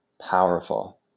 powerful